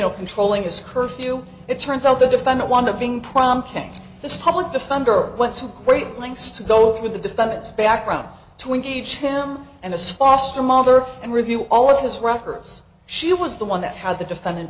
know controlling this curfew it turns out the defendant one of being prompting this public defender went to great lengths to go through the defendant's background to engage him and a sponsor mother and review all of his records she was the one that had the defendant